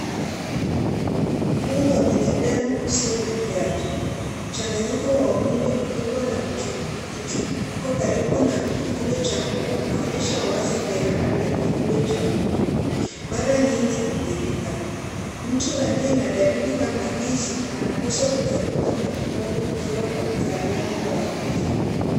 Mguu wa binadamu usio na kiatu. Mchanganyiko wa uvimbe mkubwa na michipuko karibu na kivundo cha mguu unaonyesha wazi jeraha la kivundo cha mguu. Mara nyingi kubindika. Mtu aliye na dalili kama hizi anapaswa kutafuta matibabu kutoka kwa mtaalamu wa afya.